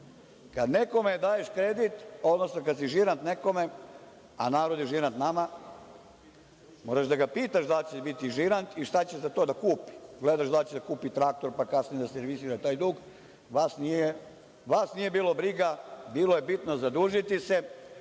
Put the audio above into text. Kada nekome daješ kredit, odnosno kad si žirant nekome, a narod je žirant nama moraš da ga pitaš da li će ti biti žirant i šta će za to da kupi. Gledaš da li će da kupi traktor, pa kasnije da servisira taj dug, vas nije bilo briga, bilo je bitno zadužiti se. Da